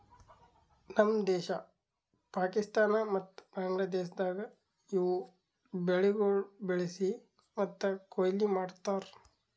ನಮ್ ದೇಶ, ಪಾಕಿಸ್ತಾನ ಮತ್ತ ಬಾಂಗ್ಲಾದೇಶದಾಗ್ ಇವು ಬೆಳಿಗೊಳ್ ಬೆಳಿಸಿ ಮತ್ತ ಕೊಯ್ಲಿ ಮಾಡ್ತಾರ್